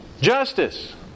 Justice